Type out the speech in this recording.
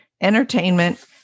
entertainment